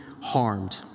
harmed